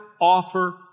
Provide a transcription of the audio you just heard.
offer